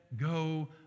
go